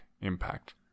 impact